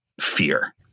fear